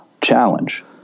challenge